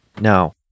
Now